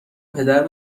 پدر